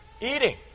Eating